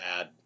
add